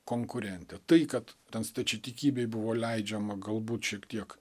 konkurentė tai kad ten stačiatikybei buvo leidžiama galbūt šiek tiek